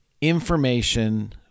information